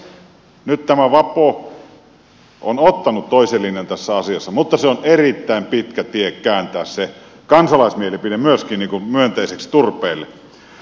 onneksi nyt tämä vapo on ottanut toisen linjan tässä asiassa mutta se on erittäin pitkä tie kääntää se kansalaismielipide myöskin myönteiseksi turpeelle